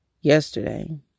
Yesterday